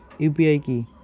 UPI কি?